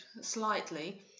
slightly